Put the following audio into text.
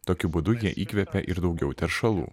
tokiu būdu jie įkvepia ir daugiau teršalų